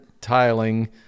tiling